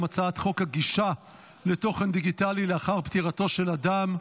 הצעת חוק הגישה לתוכן דיגיטלי לאחר פטירתו של אדם,